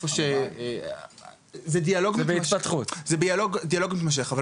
זה דיאלוג מתמשך.